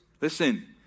Listen